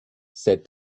said